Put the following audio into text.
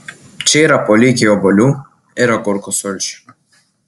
čia yra po lygiai obuolių ir agurkų sulčių